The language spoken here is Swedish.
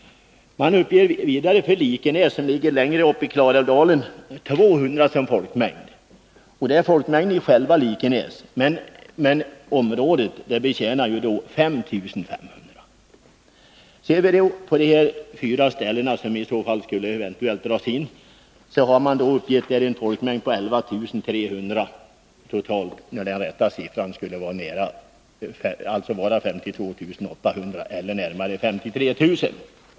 Man uppger vidare för Likenäs, som ligger längre upp i Klarälvdalen, en folkmängd på 200 personer. Det är folkmängden i själva Likenäs, men i upptagningsområdet betjänas 5 500 personer. Ser vi på de fyra tingsställen som eventuellt skulle dras in, finner vi att man för dem har uppgett en sammanlagd folkmängd på 11300, när den rätta siffran skulle vara 52 800, eller nära 53 000.